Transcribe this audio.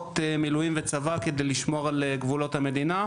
כוחות מילואים וצבא כדי לשמור על גבולות המדינה,